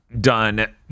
done